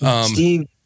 Steve